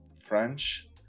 French